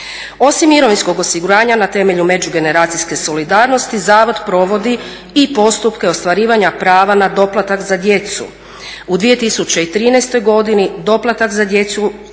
Osim mirovinskog osiguranja na temelju međugeneracijske solidarnosti zavod provodi i postupke ostvarivanja prava na doplatak za djecu. U 2013.godini doplatak za djecu